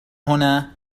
هنا